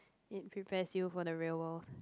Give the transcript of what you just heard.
it prepares you for the real world